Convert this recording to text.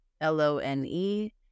L-O-N-E